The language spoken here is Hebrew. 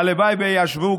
הלוואי שישוו.